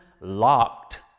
locked